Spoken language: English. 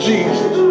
Jesus